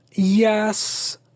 Yes